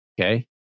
Okay